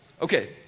Okay